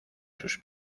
sus